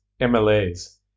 MLAs